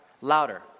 louder